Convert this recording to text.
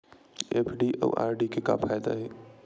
FD अउ RD के का फायदा हे?